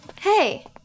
Hey